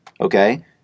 okay